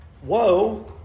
Whoa